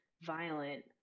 violent